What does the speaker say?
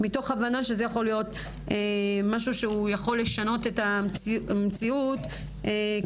מתוך הבנה שזה יכול להיות משהו שהוא יכול לשנות את המציאות קדימה.